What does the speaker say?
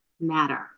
matter